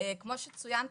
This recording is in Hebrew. כמו שצוין פה,